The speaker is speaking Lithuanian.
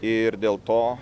ir dėl to